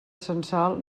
censal